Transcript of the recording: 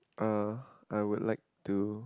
er I would like to